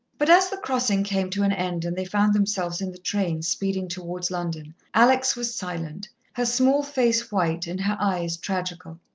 but as the crossing came to an end and they found themselves in the train speeding towards london, alex was silent, her small face white and her eyes tragical.